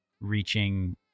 reaching